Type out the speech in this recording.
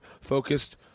focused